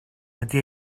wedi